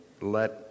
let